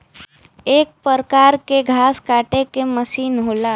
एक परकार के घास काटे के मसीन होला